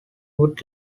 would